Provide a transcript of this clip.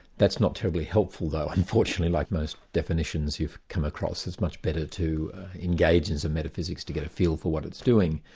that's not terribly helpful though unfortunately, like most definitions you've come across, it's much better to engage in some metaphysics to get a feel for what it's doing.